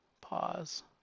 Pause